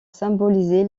symboliser